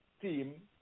team